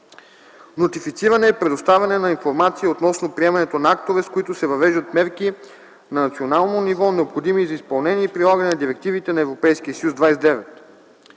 „Нотифициране” е предоставяне на информация относно приемането на актове, с които се въвеждат мерки на национално ниво, необходими за изпълнение и прилагане на директивите на Европейския съюз. 29.